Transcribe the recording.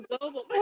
global